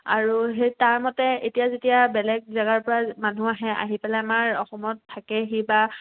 আৰু সেই তাৰ মতে এতিয়া যেতিয়া বেলেগ জেগাৰপৰা মানুহ আহে আহি পেলাই আমাৰ অসমত থাকেহি বা